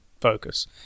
focus